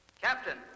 Captain